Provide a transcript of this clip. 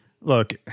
Look